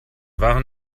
waren